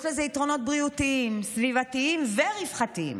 יש לזה יתרונות בריאותיים, סביבתיים ורווחתיים.